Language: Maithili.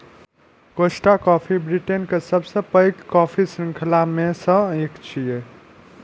कोस्टा कॉफी ब्रिटेन के सबसं पैघ कॉफी शृंखला मे सं एक छियै